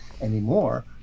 anymore